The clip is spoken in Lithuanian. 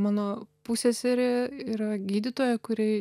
mano pusseserė yra gydytoja kuri